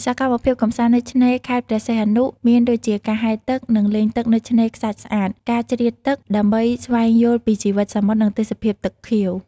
សកម្មភាពកម្សាន្តនៅឆ្នេរខេត្តព្រះសីហនុមានដូចជាការហែលទឹក និងលេងទឹកនៅឆ្នេរខ្សាច់ស្អាត ការជ្រៀតទឹកដើម្បីស្វែងយល់ពីជីវិតសមុទ្រ និងទេសភាព ទឹកខៀវ។